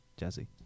Jazzy